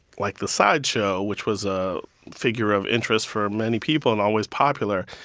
like, the sideshow, which was a figure of interest for many people and always popular.